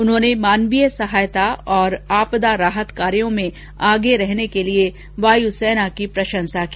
उन्होंने मानवीय सहायता और आपदा राहत कार्यों में आगे रहने के लिए वायुसेना की प्रशंसा की